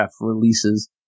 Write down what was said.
releases